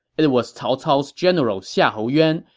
it was cao cao's general xiahou yuan,